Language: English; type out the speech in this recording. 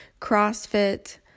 CrossFit